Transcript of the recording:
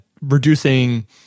reducing